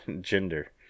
gender